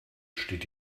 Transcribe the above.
steht